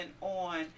on